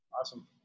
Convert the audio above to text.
Awesome